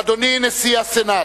אדוני, נשיא הסנאט,